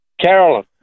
Carolyn